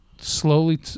slowly